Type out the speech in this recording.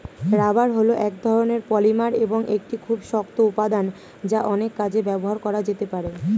rubber হল এক ধরণের পলিমার এবং একটি খুব শক্ত উপাদান যা অনেক কাজে ব্যবহার করা যেতে পারে